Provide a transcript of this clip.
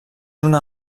una